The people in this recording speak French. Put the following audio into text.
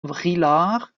vrillard